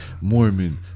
Mormon